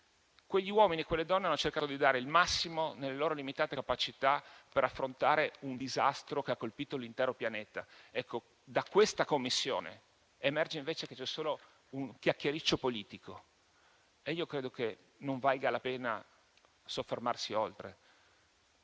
Quegli uomini e quelle donne hanno cercato di dare il massimo, nelle loro limitate capacità, per affrontare un disastro che ha colpito l'intero pianeta. Ecco, da questa Commissione emerge, invece, che c'è solo un chiacchiericcio politico. E io credo che non valga la pena soffermarsi oltre.